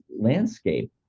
landscape